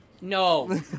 No